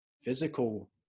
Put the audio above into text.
physical